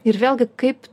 ir vėlgi kaip